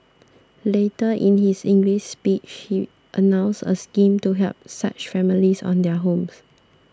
later in his English speech he announced a scheme to help such families own their homes